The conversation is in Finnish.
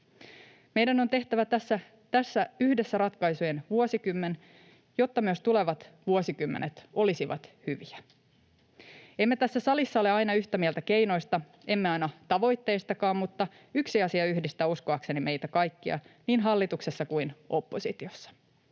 Meidän on tehtävä tästä yhdessä ratkaisujen vuosikymmen, jotta myös tulevat vuosikymmenet olisivat hyviä. Emme tässä salissa ole aina yhtä mieltä keinoista, emme aina tavoitteistakaan, mutta yksi asia yhdistää uskoakseni meitä kaikkia niin hallituksessa kuin oppositiossa: